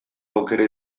aukera